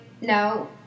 No